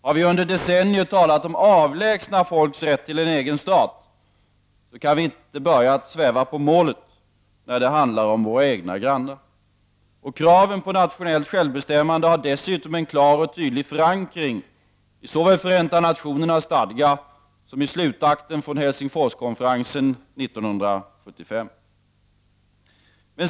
Har vi under decennier talat om avlägsna folks rätt till en egen stat, kan vi inte börja sväva på målet när det gäller våra egna grannar. Kraven på nationellt självbestämmande har dessutom en klar och tydlig förankring såväl i Förenta nationernas stadga som i slutakten från Helsingforskonferensen 1975.